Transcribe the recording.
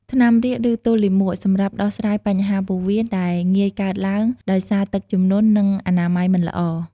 ថ្នាំរាគឬទល់លាមក សម្រាប់ដោះស្រាយបញ្ហាពោះវៀនដែលងាយកើតឡើងដោយសារទឹកជំនន់ និងអនាម័យមិនល្អ។